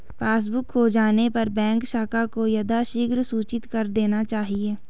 passbook खो जाने पर बैंक शाखा को यथाशीघ्र सूचित कर देना चाहिए